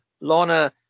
Lorna